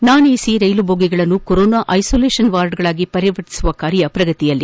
ನಾನ್ AC ರೈಲು ಜೋಗಿಗಳನ್ನು corona isolation ವಾರ್ಡ್ಗಳಾಗಿ ಪರಿವರ್ತಿಸುವ ಕಾರ್ಯ ಪ್ರಗತಿಯಲ್ಲಿ